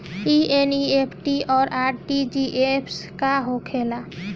ई एन.ई.एफ.टी और आर.टी.जी.एस का होखे ला?